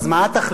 אז מה התכלית,